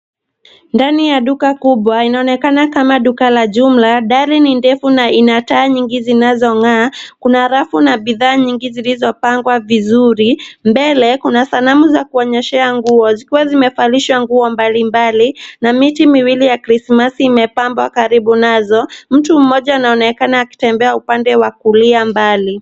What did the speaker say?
Ndani ya duka kubwa linaonekana kama duka la jumla. Dari ni ndefu na ina taa nyingi zinazo ngaa. Kuna rafu na bidhaa nyingi zilizopangwa vizuri. Mbele kuna sanamu za kuonyesha nguo zikiwa zimevalishiwa nguo mbali mbali na miti miwili za Christmas imepamba karibu nazo. Mtu moja anaonekana akitembea upande wa kulia mbali.